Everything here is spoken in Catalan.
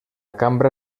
cambra